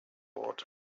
water